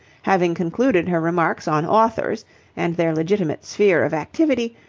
having concluded her remarks on authors and their legitimate sphere of activity,